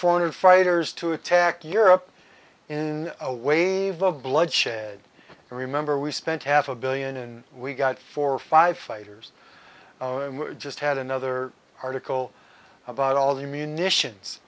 foreign fighters to attack europe in a wave of bloodshed remember we spent half a billion and we got four or five fighters just had another article about all the munitions